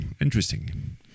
interesting